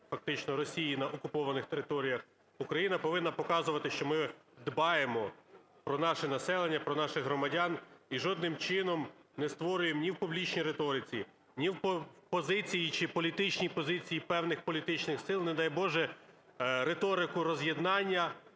фактично Росії на окупованих територіях, Україна повинна показувати, що ми дбаємо про наше населення, про наших громадян. І жодним чином не створюємо ні в публічній риториці, ні в позиції чи політичній позиції певних політичних сил, не дай Боже, риторику роз'єднання,